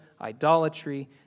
idolatry